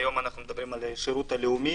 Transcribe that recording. היום אנחנו מדברים על השירות הלאומי